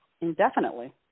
indefinitely